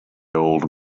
old